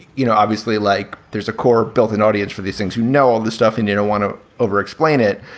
you know, obviously, like there's a core built-in audience for these things, you know, all this stuff. and you don't want to over explain it.